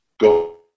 go